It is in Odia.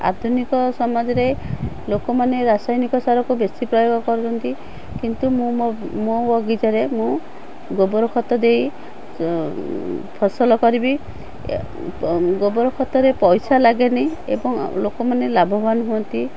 ଆଧୁନିକ ସମାଜରେ ଲୋକମାନେ ରାସାୟନିକ ସାରକୁ ବେଶି ପ୍ରୟୋଗ କରନ୍ତି କିନ୍ତୁ ମୁଁ ମୋ ବଗିଚାରେ ମୁଁ ଗୋବର ଖତ ଦେଇ ଫସଲ କରିବି ଗୋବର ଖତରେ ପଇସା ଲାଗେନି ଏବଂ ଲୋକମାନେ ଲାଭବାନ ହୁଅନ୍ତି